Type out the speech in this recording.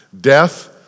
death